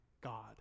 God